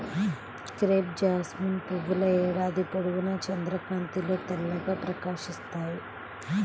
crepe jasmine పువ్వుల ఏడాది పొడవునా చంద్రకాంతిలో తెల్లగా ప్రకాశిస్తాయి